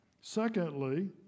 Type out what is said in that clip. Secondly